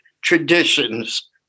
traditions